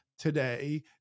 today